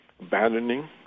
abandoning